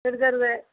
churidar